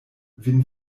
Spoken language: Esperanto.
vin